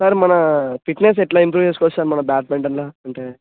sir మన fitness ఎట్లా improve చేసుకోవచ్చు సార్ మన బ్యాట్మెంటన్లా అంటే